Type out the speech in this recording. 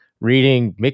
reading